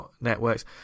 networks